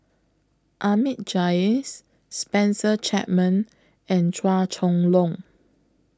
Ahmad Jais Spencer Chapman and Chua Chong Long